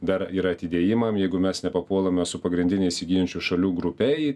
dar yra atidėjimam jeigu mes nepapuolame su pagrindine įgyjančių šalių grupe į